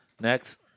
Next